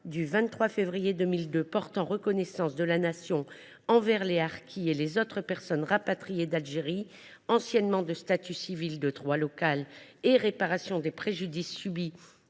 du 3 février 2022 portant reconnaissance de la Nation envers les harkis et les autres personnes rapatriées d’Algérie anciennement de statut civil de droit local et réparation des préjudices subis